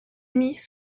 émis